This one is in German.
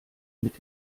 mit